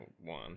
one